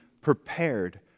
prepared